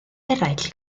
eraill